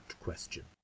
question